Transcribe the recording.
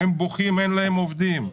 הם בוכים שאין להם עובדים.